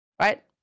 right